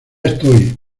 estoy